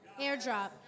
AirDrop